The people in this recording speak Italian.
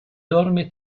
dorme